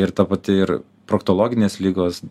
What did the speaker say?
ir ta pati ir proktologinės ligos